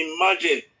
imagine